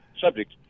subject